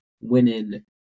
winning